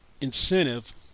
incentive